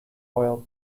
oil